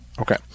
Okay